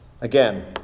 again